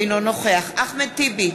אינו נוכח אחמד טיבי,